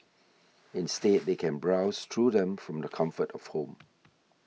instead they can browse through them from the comfort of home